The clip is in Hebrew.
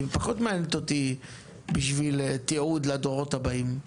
היא פחות מעניינת אותי בשביל תיעוד לדורות הבאים,